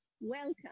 welcome